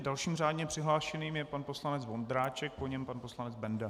Dalším řádně přihlášeným je pan poslanec Vondráček, po něm pan poslanec Benda.